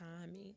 timing